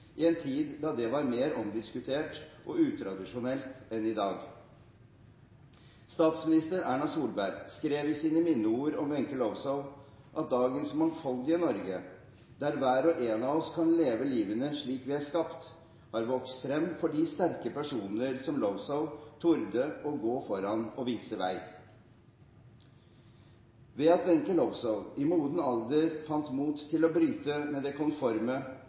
i en tid da det var mer omdiskutert og utradisjonelt enn i dag. Statsminister Erna Solberg skrev i sine minneord om Wenche Lowzow at dagens mangfoldige Norge, der hver og en av oss kan leve livet slik vi er skapt, har vokst frem fordi sterke personer som Lowzow torde gå foran og vise vei. Ved at Wenche Lowzow i moden alder fant mot til å bryte med det konforme